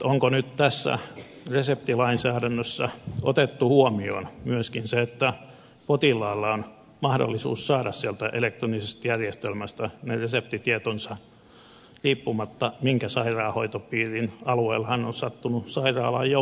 onko nyt tässä reseptilainsäädännössä otettu huomioon myöskin se että potilaalla on mahdollisuus saada sieltä elektronisesta järjestelmästä ne reseptitietonsa riippumatta siitä minkä sairaanhoitopiirin alueella hän on sattunut sairaalaan joutumaan